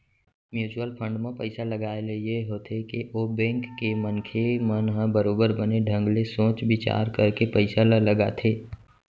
mutual fund म पइसा लगाए ले ये होथे के ओ बेंक के मनखे मन ह बरोबर बने ढंग ले सोच बिचार करके पइसा ल लगाथे